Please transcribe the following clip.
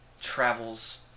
travels